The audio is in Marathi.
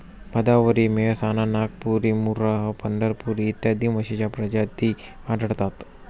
भदावरी, मेहसाणा, नागपुरी, मुर्राह, पंढरपुरी इत्यादी म्हशींच्या प्रजाती आढळतात